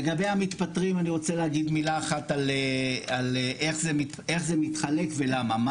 לגבי המתפטרים אני רוצה להגיד מילה אחת על איך זה מתחלק ולמה.